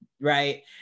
right